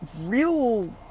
real